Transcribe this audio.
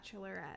bachelorette